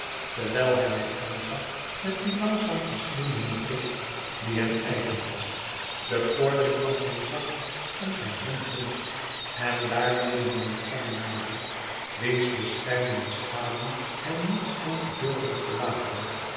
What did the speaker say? terwijl hij mij aanzag met dien langzaam verslindenden blik die hem eigen was de koorden van zijn zak om zijne hand wond en daarmede mijnheer kenge naliep wiens beschermende schaduw hij niet scheen te durven verlaten